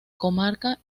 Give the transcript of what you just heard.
comarca